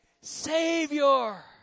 Savior